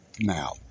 Now